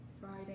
Friday